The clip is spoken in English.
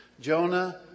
Jonah